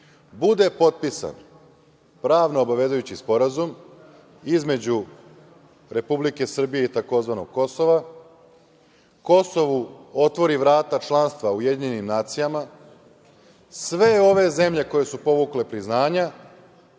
bude potpisan pravno obavezujući sporazum između Republike Srbije i tzv. Kosova, Kosovu otvori vrata članstva u UN i sve ove zemlje koje su povukle priznanja